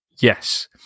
yes